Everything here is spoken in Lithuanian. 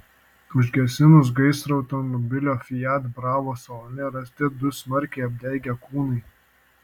užgesinus gaisrą automobilio fiat bravo salone rasti du smarkiai apdegę kūnai